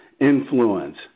influence